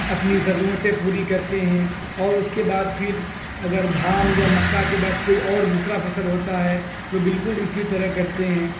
اپنی ضرورتیں پوری کرتے ہیں اور اس کے بعد پھر اگر دھان یا مکہ کے بعد کوئی اور دوسرا فصل ہوتا ہے تو بالکل اسی طرح کرتے ہیں